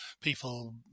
people